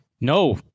No